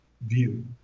view